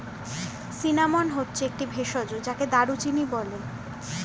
cinnamon হচ্ছে একটি ভেষজ যাকে দারুচিনি বলে